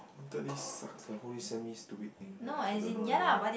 no wonder this sucks the whole day send me stupid thing !aiya! I don't know I don't know lah